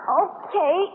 okay